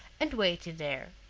and waited there.